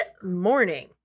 morning